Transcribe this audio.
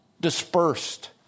dispersed